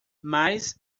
mas